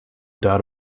doubt